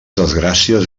desgràcies